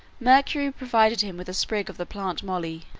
mercury provided him with a sprig of the plant moly,